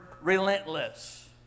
relentless